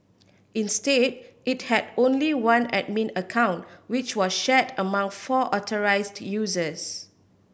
instead it had only one admin account which were shared among four authorised users